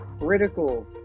Critical